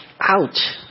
Ouch